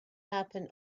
happen